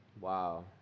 Wow